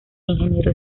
ingeniero